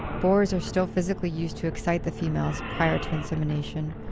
boars are still physically used to excite the females prior to insemination,